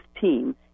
team